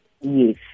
Yes